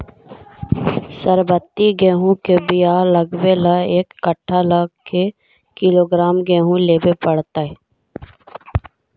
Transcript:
सरबति गेहूँ के बियाह लगबे ल एक कट्ठा ल के किलोग्राम गेहूं लेबे पड़तै?